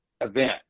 event